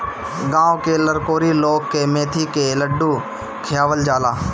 गांव में लरकोरी लोग के मेथी के लड्डू खियावल जाला